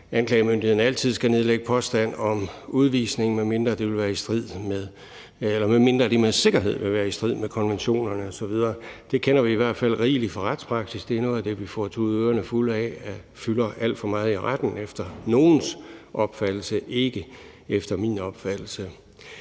anklagemyndigheden altid skal nedlægge påstand om udvisning, medmindre det med sikkerhed vil være i strid med konventionerne osv. Det kender vi i hvert fald rigeligt fra retspraksis. Det er noget af det, vi får tudet ørerne fulde fylder alt for meget i retten – efter nogens opfattelse, ikke efter min opfattelse.